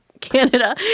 canada